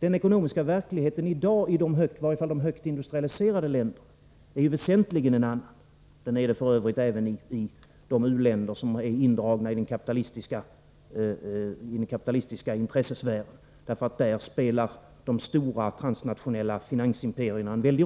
Den ekonomiska verkligheten i dag, i varje fall i de högt industrialiserade länderna, är väsentligen en annan — och det är den f.ö. även i de u-länder som är indragna i den kapitalistiska intressesfären, därför att de stora transnationella finansimperierna spelar en mycket